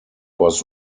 was